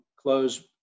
close